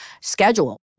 schedule